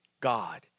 God